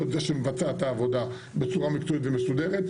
זה שמבצעת את העבודה בצורה מקצועית ומסודרת,